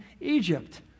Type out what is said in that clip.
Egypt